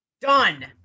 Done